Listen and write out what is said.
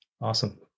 Awesome